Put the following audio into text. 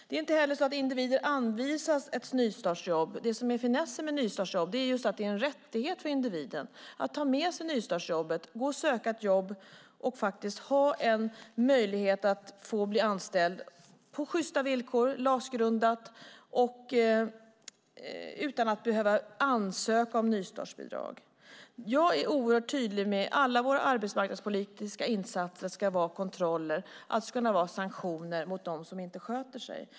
Det är inte heller så att individer anvisas ett nystartsjobb. Det som är finessen med nystartsjobb är just att det är en rättighet för individen att ta med sig nystartsjobbet när man söker jobb och ha möjlighet att bli anställd på sjysta villkor som är LAS-grundande utan att behöva ansöka om nystartsbidrag. Jag är tydlig med att det ska finnas kontroller i alla våra arbetsmarknadspolitiska insatser. Det ska finnas sanktioner mot dem som inte sköter sig.